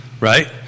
right